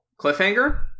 Cliffhanger